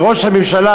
וראש הממשלה,